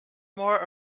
more